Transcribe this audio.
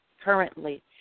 currently